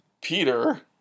Peter